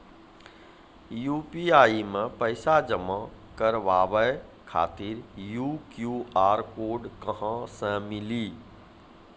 UPI मे पैसा जमा कारवावे खातिर ई क्यू.आर कोड कहां से मिली?